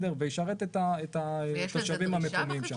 וזה ישרת את התושבים המקומיים.